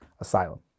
asylum